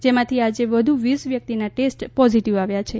જેમાંથી આજે વધુ વીસ વ્યકિતના ટેસ્ટ પોઝિટિવ આવ્યા છે